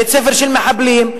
בית-ספר של מחבלים.